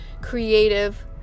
creative